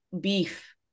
beef